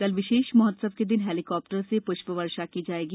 कल विशेष महोत्सव के दिन हेलीकॉप्टर से पृष्प वर्षा की जाएगी